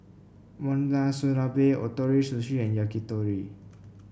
Monsunabe Ootoro Sushi and Yakitori